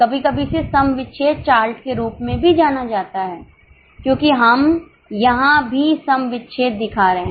कभी कभी इसे सम विच्छेद चार्ट के रूप में भी जाना जाता है क्योंकि हम यहां भी सम विच्छेद दिखा रहे हैं